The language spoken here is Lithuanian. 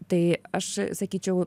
tai aš sakyčiau